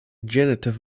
genitive